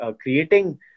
creating